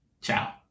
Ciao